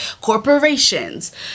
corporations